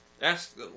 Ask